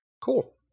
Cool